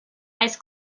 eyes